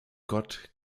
gott